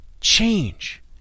change